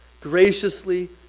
Graciously